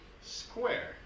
square